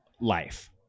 life